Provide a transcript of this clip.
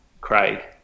Craig